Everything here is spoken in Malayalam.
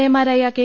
എമാരായ കെ